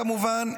כמובן,